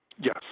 Yes